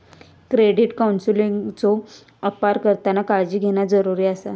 credit काउन्सेलिंगचो अपार करताना काळजी घेणा जरुरी आसा